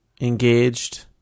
engaged